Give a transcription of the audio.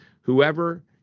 Whoever